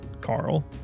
Carl